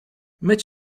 myć